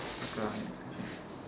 circle on it okay